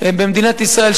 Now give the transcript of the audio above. במדינת ישראל,